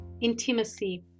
intimacy